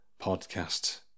podcast